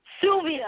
Sylvia